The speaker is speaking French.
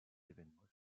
évènements